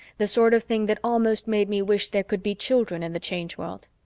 the sort of thing that almost made me wish there could be children in the change world.